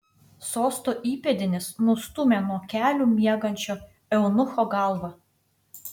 sosto įpėdinis nustūmė nuo kelių miegančio eunucho galvą